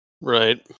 Right